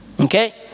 Okay